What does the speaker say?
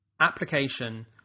application